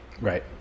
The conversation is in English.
Right